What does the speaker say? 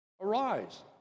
Arise